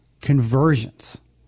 conversions